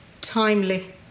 timely